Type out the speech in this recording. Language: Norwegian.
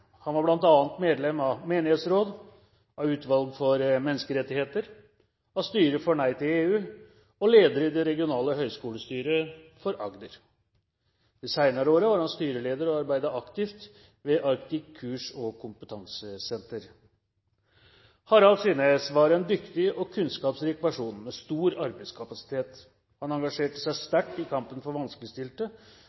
Han var bl.a. medlem av menighetsråd, av Utvalget for menneskerettigheter, av styret for Nei til EU og leder i Det regionale høgskolestyret for Agder. De senere årene var han styreleder og arbeidet aktivt ved ARCTIC kurs- og kompetansesenter. Harald Synnes var en dyktig og kunnskapsrik person med stor arbeidskapasitet. Han engasjerte seg